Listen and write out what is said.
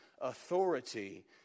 authority